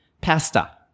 pasta